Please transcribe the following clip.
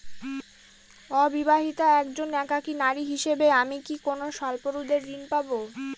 অবিবাহিতা একজন একাকী নারী হিসেবে আমি কি কোনো স্বল্প সুদের ঋণ পাব?